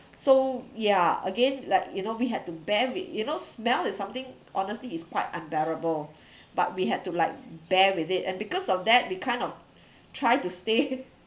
so yeah again like you know we had to bear with you know smell is something honestly is quite unbearable but we had to like bear with it and because of that we kind of try to stay